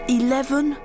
eleven